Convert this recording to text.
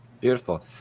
Beautiful